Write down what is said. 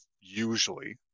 usually